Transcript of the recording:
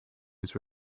his